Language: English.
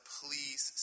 please